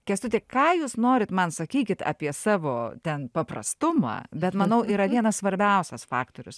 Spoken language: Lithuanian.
kęstuti ką jūs norit man sakykit apie savo ten paprastumą bet manau yra vienas svarbiausias faktorius